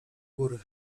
góry